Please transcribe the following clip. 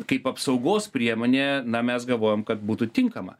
kaip apsaugos priemonė na mes galvojam kad būtų tinkama